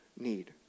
need